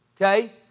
Okay